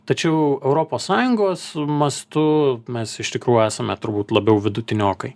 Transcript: tačiau europos sąjungos mastu mes iš tikrųjų esame turbūt labiau vidutiniokai